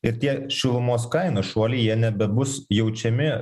ir tie šilumos kainos šuoliai jie nebebus jaučiami